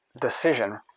decision